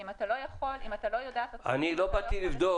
אם אתה לא יודע את הצרכים --- אני לא באתי לבדוק,